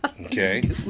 Okay